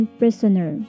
prisoner